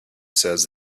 says